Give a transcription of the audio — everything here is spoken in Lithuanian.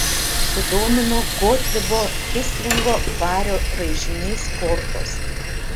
sudomino gotlibo kislingo vario raižinys kortos